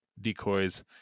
decoys